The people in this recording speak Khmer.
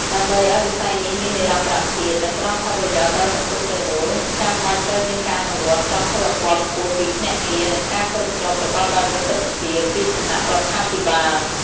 ដើម្បីឲ្យវិស័យនេះមាននិរន្តរភាព និងផ្តល់ផលប្រយោជន៍ដល់សង្គមទាំងមូល ចាំបាច់ត្រូវមានការអនុវត្តក្រមសីលធម៌ខ្ពស់ពីភ្នាក់ងារ និងការគ្រប់គ្រងប្រកបដោយប្រសិទ្ធភាពពីសំណាក់រដ្ឋាភិបាល។